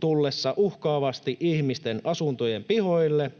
tullessa uhkaavasti ihmisten asuntojen pihoille